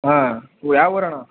ಹಾಂ ಉ ಯಾವ ಊರಣ್ಣ